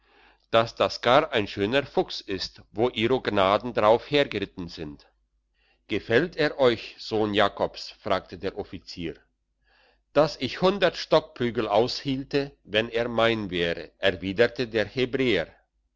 dass das gar ein schöner fuchs ist wo ihro gnaden drauf hergeritten sind gefällt er euch sohn jakobs fragte der offizier dass ich hundert stockprügel aushielte wenn er mein wäre erwiderte der hebräer